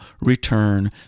return